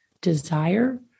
desire